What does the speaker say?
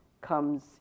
comes